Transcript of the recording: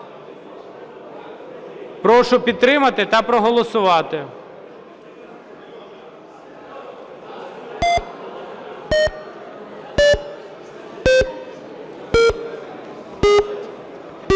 Прошу підтримати та проголосувати.